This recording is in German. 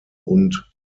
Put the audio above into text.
und